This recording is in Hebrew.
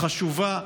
חשובה,